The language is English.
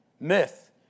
Myth